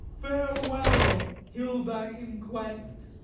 farewell, hilda inquest!